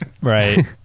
Right